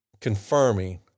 confirming